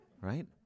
Right